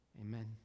Amen